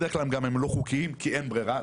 בדרך כלל הם לא חוקיים כי אין ברירה,